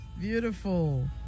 Beautiful